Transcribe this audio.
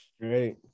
Great